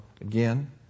again